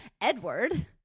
Edward